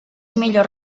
millors